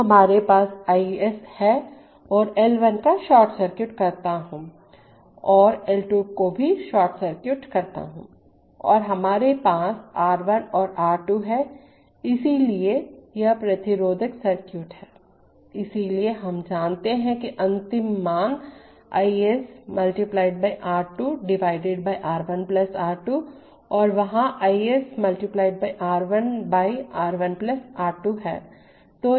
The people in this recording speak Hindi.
तो हमारे पास Is है और L 1 को शॉर्ट सर्किट करता हूँ और L 2 को भी शॉर्ट सर्किट करता हूँ और हमारे पास R 1 और R 2 है इसलिए यह प्रतिरोधक सर्किट है इसलिए हम जानते हैं कि अंतिम मान I s × R 2 R 1 R 2 और वहाँ पर I s × R 1 R 1 R 2हैं